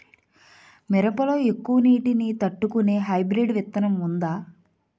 మిరప లో ఎక్కువ నీటి ని తట్టుకునే హైబ్రిడ్ విత్తనం వుందా?